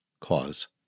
cause